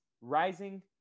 Rising